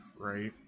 right